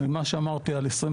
מה שאמרתי על 2023,